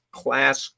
class